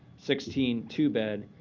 sixteen two bed.